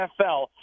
NFL